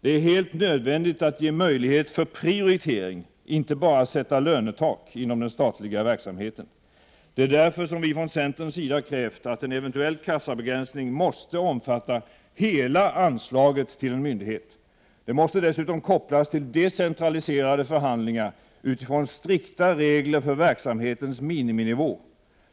Det är helt nödvändigt att ge möjlighet för prioritering — inte bara sätta lönetak —- inom den statliga verksamheten. Det är därför som vi från centerns sida krävt att en eventuell kassabegränsning måste omfatta hela anslaget till en myndighet. Den måste dessutom kopplas till decentraliserade förhand lingar utifrån strikta regler för verksamhetens miniminivå.